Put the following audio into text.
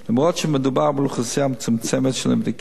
אף שמדובר באוכלוסייה מצומצמת של נבדקים,